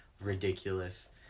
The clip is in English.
Ridiculous